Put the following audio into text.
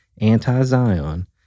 Anti-Zion